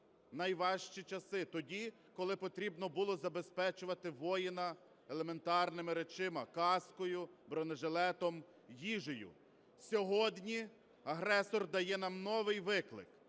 найважчі часи тоді, коли потрібно було забезпечувати воїна елементарними речами: каскою, бронежилетом, їжею. Сьогодні агресор дає нам новий виклик